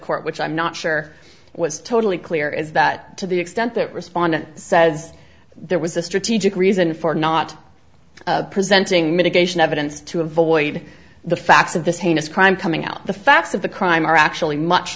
court which i'm not sure was totally clear is that to the extent that respondent says there was a strategic reason for not presenting mitigation evidence to avoid the facts of this heinous crime coming out the facts of the crime are actually much